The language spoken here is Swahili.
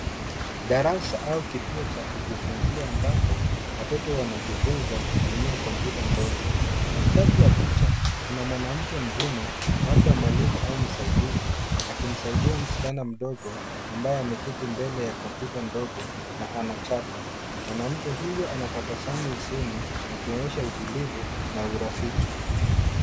Darasa au kituo cha kujifunzia ambapo watoto wanajifunza kutumia kompyuta ndogo. Katikati ya picha kuna mwanamke mzima labda mwalimu au msaidizi akimsaidia msichana mdogo ambaye ameketi mbele ya kompyuta ndogo na anachapa. Mwanamke huyo ana tabasamu usoni akionyesha utulivu na urafiki.